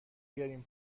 بیارین